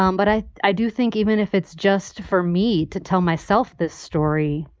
um but i i do think even if it's just for me to tell myself this story.